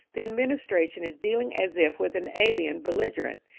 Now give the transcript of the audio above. the administration is dealing as if with an alien belligerent.